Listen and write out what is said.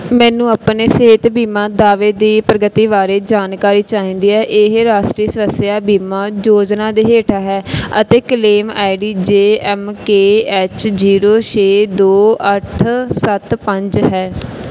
ਮੈਨੂੰ ਆਪਣੇ ਸਿਹਤ ਬੀਮਾ ਦਾਅਵੇ ਦੀ ਪ੍ਰਗਤੀ ਬਾਰੇ ਜਾਣਕਾਰੀ ਚਾਹੀਦੀ ਹੈ ਇਹ ਰਾਸ਼ਟਰੀ ਸਵਾਸਥਯ ਬੀਮਾ ਯੋਜਨਾ ਦੇ ਹੇਠਾਂ ਹੈ ਅਤੇ claim ID J M K H zero ਛੇ ਦੋ ਅੱਠ ਸੱਤ ਪੰਜ ਹੈ